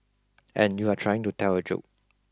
and you're trying to tell a joke